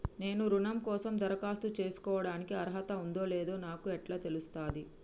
నేను రుణం కోసం దరఖాస్తు చేసుకోవడానికి అర్హత ఉందో లేదో నాకు ఎట్లా తెలుస్తది?